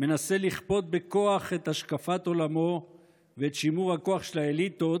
מנסה לכפות בכוח את השקפת עולמו ואת שימור הכוח של האליטות